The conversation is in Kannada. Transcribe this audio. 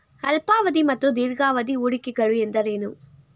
ಅಲ್ಪಾವಧಿ ಮತ್ತು ದೀರ್ಘಾವಧಿ ಹೂಡಿಕೆಗಳು ಎಂದರೇನು?